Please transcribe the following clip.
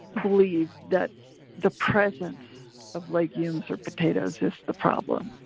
believe that the presence of legumes or potatoes is the problem.